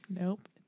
Nope